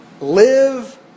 Live